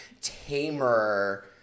tamer